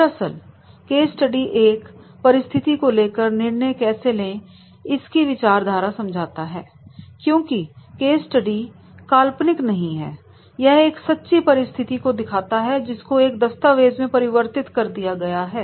दरअसल case study एक परिस्थिति को लेकर निर्णय कैसे लें इसकी विचारधारा समझाता है क्योंकि केस स्टडी काल्पनिक नहीं है यह एक सच्ची परिस्थिति को दिखाता है जिसको एक दस्तावेज में परिवर्तित कर दिया गया है